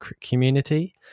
community